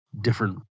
different